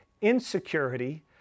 insecurity